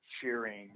cheering